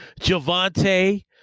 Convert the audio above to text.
Javante